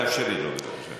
תאפשרי לו, בבקשה.